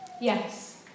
Yes